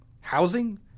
housing